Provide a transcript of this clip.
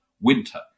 winter